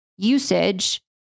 Usage